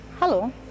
Hello